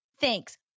Thanks